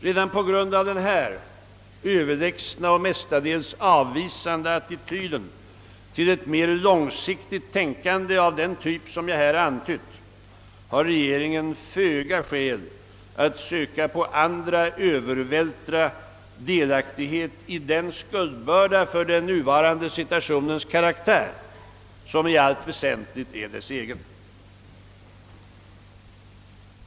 Redan på grund av den överlägsna och mestadels avvisande attityd till ett mer långsiktigt tänkande av den typ, som jag här antytt, har regeringen föga skäl att söka på andra övervältra delaktighet i den skuldbörda för den nuvarande situationens karaktär som i allt väsentligt är dess egen.